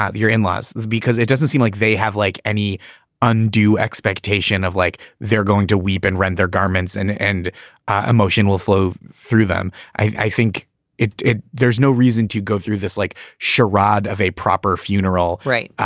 ah your in-laws? because it doesn't seem like they have like any undue expectation of like they're going to weep and rend their garments and and emotion will flow through them. i think it it there's no reason to go through this like charade of a proper funeral. right.